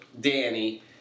Danny